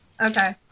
Okay